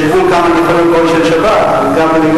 יש גבול כמה אני יכול להיות גוי של שבת וגם להיות